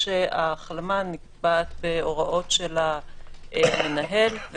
ההחלמה נקבעת בהוראות של המנהל,